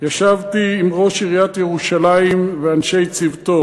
ישבתי עם ראש עיריית ירושלים ואנשי צוותו